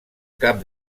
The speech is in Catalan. cap